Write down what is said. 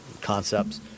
concepts